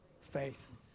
faith